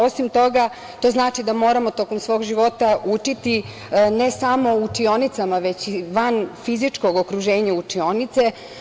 Osim toga, to znači da moramo tokom svog života učiti ne samo u učionicama, već i van fizičkog okruženja učionice.